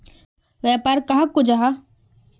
व्यापार कहाक को जाहा?